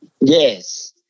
Yes